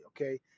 okay